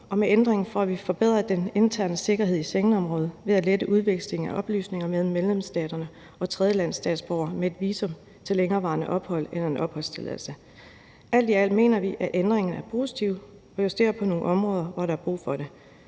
og med ændringen får vi forbedret den interne sikkerhed i Schengenområdet ved at lette udvekslingen af oplysninger mellem medlemsstaterne og tredjelandsstatsborgere med et visum til længerevarende ophold end en opholdstilladelse. Alt i alt mener vi, at ændringerne er positive og justerer på nogle områder, hvor der er brug for det.